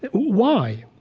why?